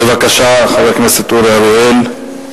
בבקשה, חבר הכנסת אורי אריאל.